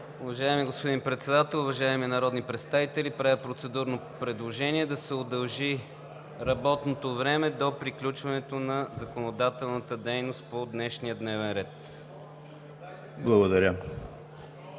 Уважаеми господин Председател, уважаеми народни представители! Правя процедурно предложение да се удължи работното време до приключването на законодателната дейност по днешния дневен ред.